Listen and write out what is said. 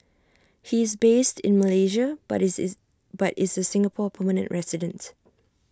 he is based in Malaysia but is but is A Singapore permanent resident